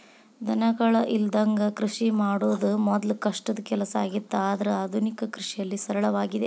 ದನಗಳ ಇಲ್ಲದಂಗ ಕೃಷಿ ಮಾಡುದ ಮೊದ್ಲು ಕಷ್ಟದ ಕೆಲಸ ಆಗಿತ್ತು ಆದ್ರೆ ಆದುನಿಕ ಕೃಷಿಯಲ್ಲಿ ಸರಳವಾಗಿದೆ